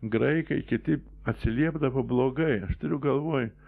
graikai kiti atsiliepdavo blogai aš turiu galvoj